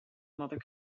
mother